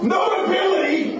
Notability